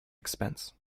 expense